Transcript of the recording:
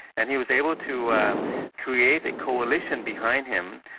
and he was able to create a coalition behind him,